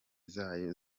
zayo